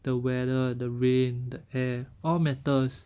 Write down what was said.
the weather the rain the air all matters